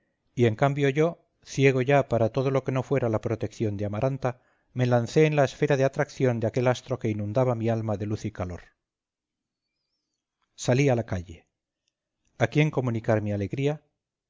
y en cambio yo ciego ya para todo lo que no fuera la protección de amaranta me lancé en la esfera de atracción de aquel astro que inundaba mi alma de luz y calor salí a la calle a quién comunicar mi alegría